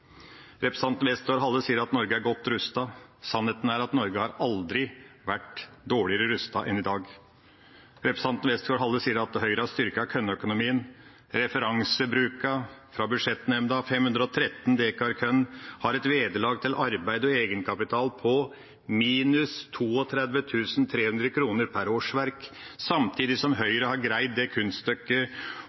Representanten Westgaard-Halle sier at Norge er godt rustet. Sannheten er at Norge har aldri vært dårligere rustet enn i dag. Representanten Westgaard-Halle sier at Høyre har styrket kornøkonomien. Referansebruket fra budsjettnemnda på 513 dekar korn har et vederlag til arbeid og egenkapital på minus 32 300 kr per årsverk, samtidig som Høyre har greid det